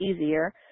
easier